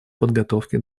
подготовке